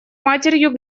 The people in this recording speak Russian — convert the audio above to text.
матерью